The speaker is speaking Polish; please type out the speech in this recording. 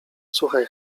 słuchaj